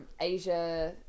Asia